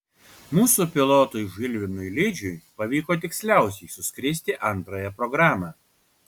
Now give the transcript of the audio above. mūsų pilotui žilvinui lidžiui pavyko tiksliausiai suskristi antrąją programą